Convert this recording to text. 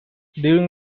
during